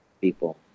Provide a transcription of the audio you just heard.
people